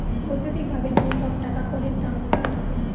বৈদ্যুতিক ভাবে যে সব টাকাকড়ির ট্রান্সফার হচ্ছে